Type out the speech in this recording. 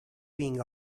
being